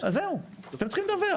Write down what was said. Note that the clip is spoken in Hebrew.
אז זהו, אתם צריכים לדווח.